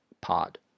pod